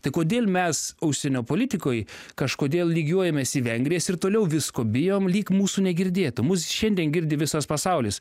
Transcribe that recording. tai kodėl mes užsienio politikoj kažkodėl lygiuojamės į vengrijas ir toliau visko bijom lyg mūsų negirdėtų mus šiandien girdi visas pasaulis